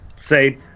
say